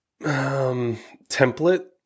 template